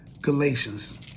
Galatians